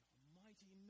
Almighty